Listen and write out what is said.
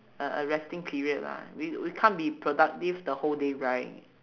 a a resting period lah we we can't be productive the whole day right